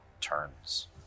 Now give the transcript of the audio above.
turns